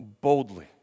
boldly